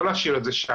לא להשאיר את זה שם.